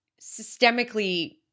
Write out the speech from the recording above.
systemically